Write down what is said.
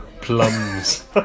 Plums